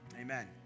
Amen